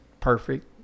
perfect